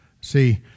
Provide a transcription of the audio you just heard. See